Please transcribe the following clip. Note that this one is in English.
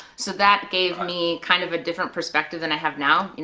so that gave me kind of a different perspective than i have now.